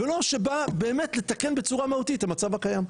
ולא שבאה באמת לתקן בצורה מהותית את המצב הקיים.